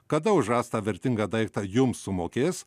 kada už rastą vertingą daiktą jums sumokės